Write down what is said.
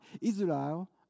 Israel